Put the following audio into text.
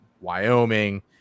Wyoming